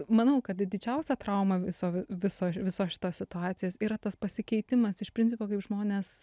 manau kad didžiausią traumą viso viso visos šitos situacijos yra tas pasikeitimas iš principo kaip žmonės